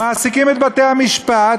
מעסיקים את בתי-המשפט,